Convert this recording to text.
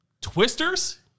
Twisters